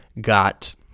got